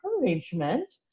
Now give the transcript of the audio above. encouragement